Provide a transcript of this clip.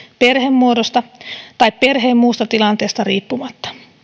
perhemuodosta ja perheen muusta tilanteesta riippumatta